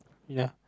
ya